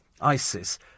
ISIS